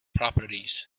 properties